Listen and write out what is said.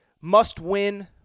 must-win